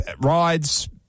Rides